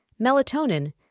melatonin